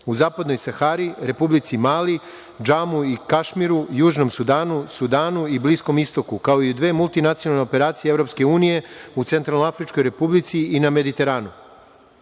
u zapadnoj Sahari, Republici Mali, Džamu i Kašmiru, Južnom Sudanu i Bliskom Istoku, kao i u dve multinacionalne operacije EU – u Centralnoafričkoj Republici i na Mediteranu. Unošenjem